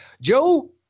Joe –